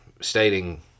stating